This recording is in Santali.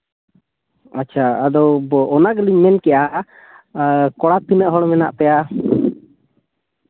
ᱟᱪᱪᱷᱟ ᱟᱫᱚ ᱚᱱᱟ ᱜᱮᱞᱤᱧ ᱢᱮᱱ ᱠᱮᱜᱼᱟ ᱠᱚᱲᱟ ᱛᱤᱱᱟᱹᱜ ᱦᱚ ᱢᱮᱱᱟᱜ ᱯᱮᱭᱟ